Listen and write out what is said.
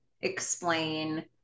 explain